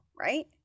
right